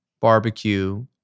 barbecue